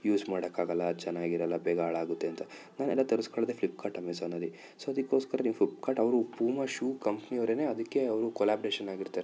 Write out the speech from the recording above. use ಮಾಡಕ್ಕೆ ಆಗೋಲ್ಲ ಚೆನ್ನಾಗಿರಲ್ಲ ಬೇಗ ಹಾಳಾಗುತ್ತೆ ಅಂತ ನಾನು ಎಲ್ಲ ತರಿಸ್ಕೊಳ್ಳೋದೆ ಫ್ಲಿಪ್ಕಾರ್ಟ್ ಅಮೆಝಾನಲ್ಲಿ ಸೊ ಅದಕ್ಕೋಸ್ಕರ ನೀವು ಫ್ಲಿಪ್ಕಾರ್ಟ್ ಅವರು ಪೂಮ ಶೂ ಕಂಪ್ನಿ ಅವರೇ ಅದಕ್ಕೆ ಅವರು ಕೊಲಾಬ್ರೇಶನ್ ಆಗಿರ್ತಾರೆ